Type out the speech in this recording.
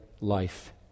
life